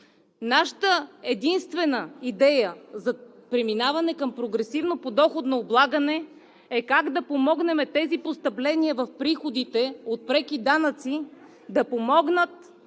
Нашата единствена идея за преминаване към прогресивно подоходно облагане е как да помогнем на тези постъпления в приходите от преки данъци и да помогнат